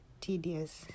tedious